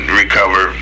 recover